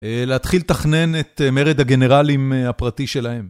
להתחיל לתכנן את מרד הגנרלים הפרטי שלהם.